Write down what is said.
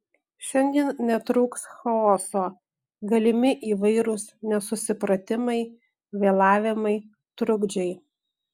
šiandien netrūks chaoso galimi įvairūs nesusipratimai vėlavimai trukdžiai